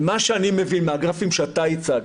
ממה שאני מבין מהגרפים שהצגת,